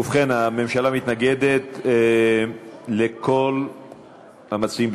ובכן, הממשלה מתנגדת לכל ההצעות.